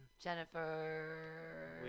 Jennifer